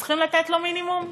צריכים לתת לו מינימום?